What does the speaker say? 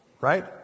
right